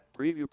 Preview